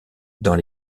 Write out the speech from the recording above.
dans